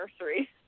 nursery